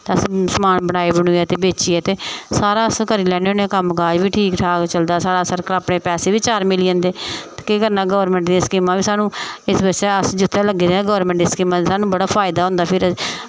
ते अस समान बनाई बनुइयै बेचियै ते सारा अस करी लैन्ने होने कम्म काज बी ठीक ठाक चलदा साढ़ा सर्कल अपने पैसे बी चार मिली जंदे केह् करना गौरमेंट दियां स्कीमां बी सानूं इस बास्तै अस जित्थें लग्गे दे आं गौरमेंट दी स्कीमां दा सानूं बड़ा फायदा होंदा फिर